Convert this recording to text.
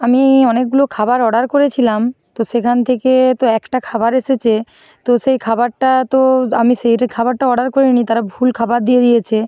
আমি অনেকগুলো খাবার অর্ডার করেছিলাম তো সেখান থেকে তো একটা খাবার এসেছে তো সেই খাবারটা তো আমি সেইটা খাবারটা অর্ডার করিনি তারা ভুল খাবার দিয়ে দিয়েছে